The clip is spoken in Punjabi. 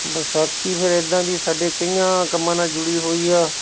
ਵਿਸਾਖੀ ਫਿਰ ਇੱਦਾਂ ਜੀ ਸਾਡੇ ਕਈਆਂ ਕੰਮਾਂ ਨਾਲ਼ ਜੁੜੀ ਹੋਈ ਆ